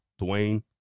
Dwayne